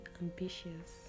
ambitious